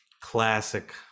classic